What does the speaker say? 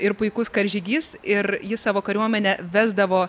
ir puikus karžygys ir jis savo kariuomenę vesdavo